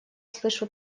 слышу